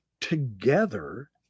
together